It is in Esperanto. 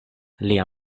lia